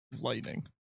Lightning